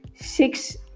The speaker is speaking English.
six